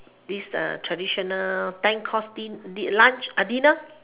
this uh traditional ten course din~ lunch a dinner